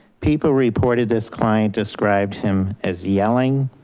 people reported this client described him as yelling,